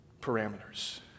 parameters